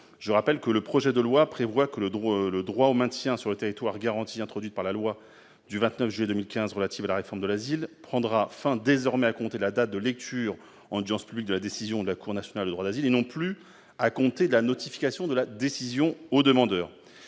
8. En effet, le projet de loi prévoit que le droit au maintien sur le territoire, garantie introduite par la loi du 29 juillet 2015 relative à la réforme du droit d'asile prendra fin désormais à compter de la date de la lecture en audience publique de la décision de la Cour nationale du droit d'asile, et non plus à compter de la notification de la décision au demandeur.